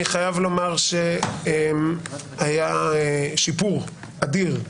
אני חייב לומר שהיה שיפור אדיר.